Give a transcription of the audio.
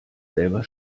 selber